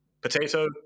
Potato